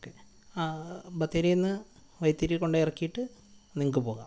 okay ആ ബത്തേരിയിൽ നിന്ന് വൈത്തിരി കൊണ്ടുപോയി ഈറക്കിയിട്ട് നിങ്ങൾക്ക് പോകാം